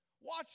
Watch